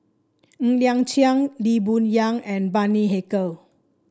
Ng Liang Chiang Lee Boon Yang and Bani Haykal